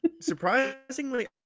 Surprisingly